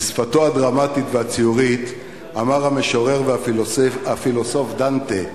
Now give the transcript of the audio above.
בשפתו הדרמטית והציורית אמר המשורר והפילוסוף דנטה,